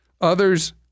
others